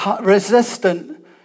resistant